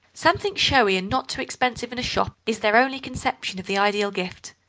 something showy and not-too-expensive in a shop is their only conception of the ideal gift.